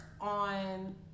on